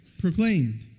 proclaimed